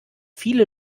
viele